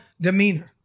demeanor